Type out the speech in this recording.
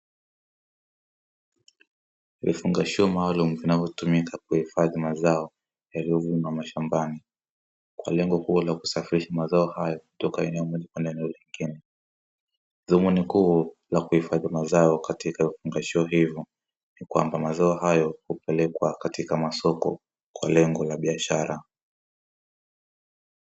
Vifungashio maalumu vinavyotumika kuhifadhi mazao yaliyovunwa mashambani kwa lengo kuu la kusafirisha mazao hayo kutoka eneo moja kwenda eneo lingine. Dhumuni kuu la kuhifadhi mazao katika vifungashio hivyo Ni kwamba mazao hayo hupelekwa katika masoko kwa lengo la biashara.